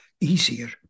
easier